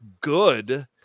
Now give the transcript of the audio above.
good